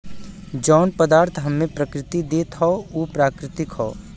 जौन पदार्थ हम्मे प्रकृति देत हौ उ प्राकृतिक हौ